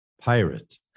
pirate